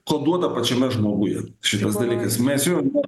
koduota pačiame žmoguje šitas dalykas mes jo